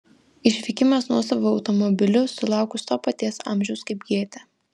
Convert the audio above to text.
išvykimas nuosavu automobiliu sulaukus to paties amžiaus kaip gėtė